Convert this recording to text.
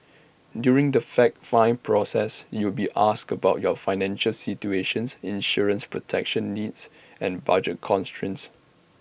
during the fact find process you will be asked about your financial situation insurance protection needs and budget constraints